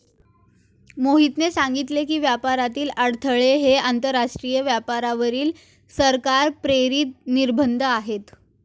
मोहितने सांगितले की, व्यापारातील अडथळे हे आंतरराष्ट्रीय व्यापारावरील सरकार प्रेरित निर्बंध आहेत